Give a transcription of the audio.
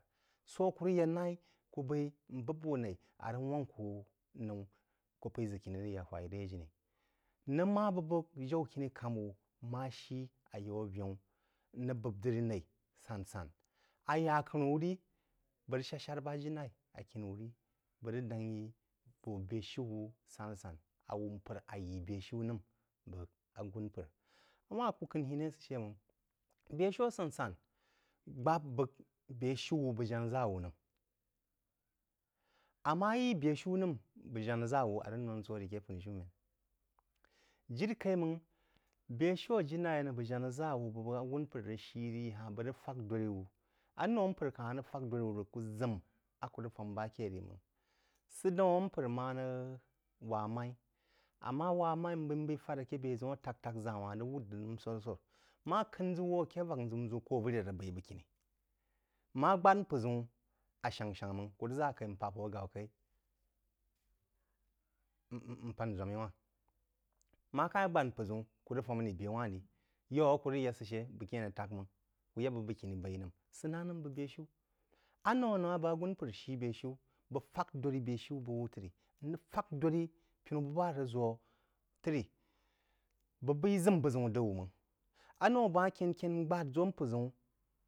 Sō á kú rəg yá naí kú b’aí n bōm, wú naí, a rəg wāngk ku nōu, kú p’aí ʒək khíni rəg yahwaí ré jiní n’əngh má bu bəg jaú-khin̄i-kamáwu ma shí ayaú aveú n rəg bōm-p diri naī sansán, ayak’anwú rí-bəg rəg dáng yí vō bē-shiú wú san-sán, a wú mpər á yí bē-shiú nəm bəg á gūn’mpər. A wánh kú kənhinī asə shə máng- bə-shiú a sán-sán gbāp bəg bē-shiú wú nəm bəg janáʒa-wu, a rəg nōughn sō rī aké funishūmen jiri kaī máng bē-shiú ajǐ lai á n’əngh bəg janaʒawu bu bəg agūn-mpər rəg shí rī háhn bəg rəg fak dōdrí wú-anoū mpər kahn rəg fak dōdrī wū rəg kú ʒəm a kù-rəg fām bā ke rī máng sə daún a mpər ma rəg wa mi-ī, amma wá mi-ī n bəg b’aī fā- rəg ake bē ʒəun ā tak – tak ʒān wān rəg wūd drí nəm swár-swár, ma k’əng ʒəu wō aké vák n ʒəu ʒəu kō avərí a rəg baī bəgkiní, ma gbád mpər-ʒəun a sháng-sháng máng, ku rəg ʒa kaī n pāp hō aghabá kaī, n mn pān ʒōmi-ī wānh. Ma kanh-í gbád mpər-ʒəun kú rəg fām rī bē wành rī-yaú a ku rəg yá sə shə, bəgkiní tak máng, kú ya bəg bəgkini baí nəm. Sə na nəm bəg bē-shiú. Anoū ā n’əngh má bəg agūn mpər shi bē-shiú, bəg fāk dōdrí bẽ shiu bəg wú trí, n rəg fak dōdrí piní bəg ba a rəg ʒō trí, bəg beí ʒim bəg ʒəu d’əgh wú máng. Anōu bəg má kyēn kyēn n gbād ʒō mpər-ʒəun